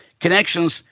connections